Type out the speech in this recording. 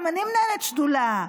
גם אני מנהלת שדולה,